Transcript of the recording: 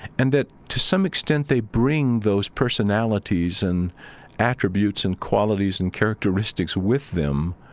and that, to some extent, they bring those personalities and attributes and qualities and characteristics with them,